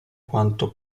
quanto